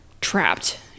trapped